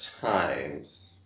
times